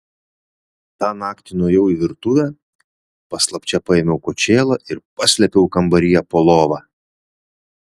tą naktį nuėjau į virtuvę paslapčia paėmiau kočėlą ir paslėpiau kambaryje po lova